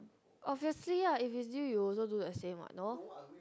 obviously lah if is you you'll also do the same what no